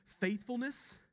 faithfulness